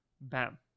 bam